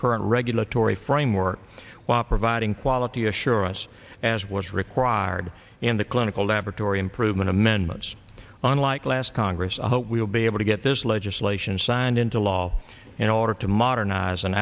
current regulatory framework while providing quality assurance as was required in the clinical laboratory improvement amendments on like last congress i hope we will be able to get this legislation signed into law in order to modernize an